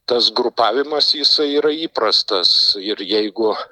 tas grupavimas jisai yra įprastas ir jeigu